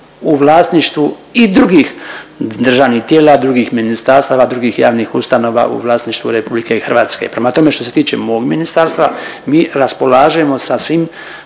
u vlasništvu i drugih državnih tijela, drugih ministarstava, drugih javnih ustanova u vlasništvu RH. Prema tome, što se tiče mog ministarstva, mi raspolažemo sa svim